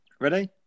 Ready